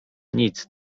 nic